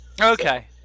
Okay